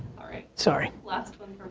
alright, sorry. last one